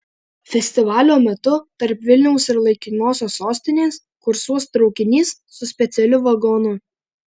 festivalio metu tarp vilniaus ir laikinosios sostinės kursuos traukinys su specialiu vagonu